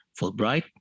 Fulbright